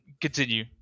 continue